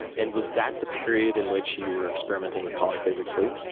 and was that the period in which you were experimenting with polyphasic sleep?